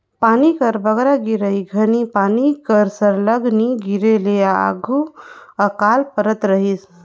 पानी कर बगरा गिरई घनी पानी कर सरलग नी गिरे ले आघु अकाल परत रहिस